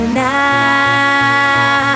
now